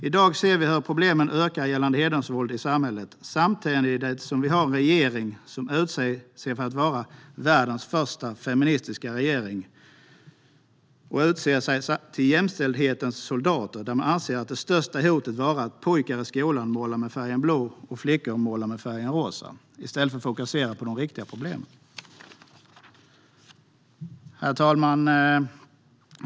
I dag ser vi hur problemen ökar när det gäller hedersvåld i samhället. Samtidigt har vi en regering som utger sig för att vara världens första feministiska regering och utser sig till jämställdhetens soldater. Man anser det största hotet vara att pojkar i skolan målar med färgen blå och flickor med färgen rosa - i stället för att fokusera på de riktiga problemen. Herr talman!